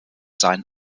seinen